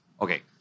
okay